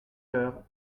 heures